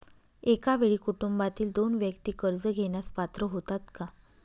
एका वेळी कुटुंबातील दोन व्यक्ती कर्ज घेण्यास पात्र होतात का?